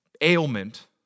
ailment